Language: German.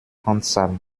handzahm